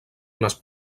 unes